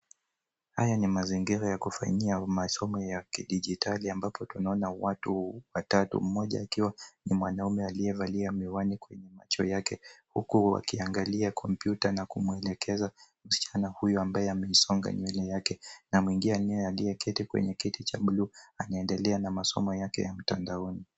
Haya ni mazingira ya kufanyia masomo ya kidijitali ambapo tunaona watu watatu; mmoja akiwa ni mwanaume aliyevalia miwani kwenye macho yake, huku wakiangalia kompyuta na kumwelekeza msichana huyu ambaye ameisonga nywele yake, na mwingine aliyeketi kwenye kiti cha bluu anaendelea na masomo yake ya mtandaoni.